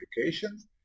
applications